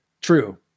True